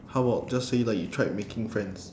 how about just say like you tried making friends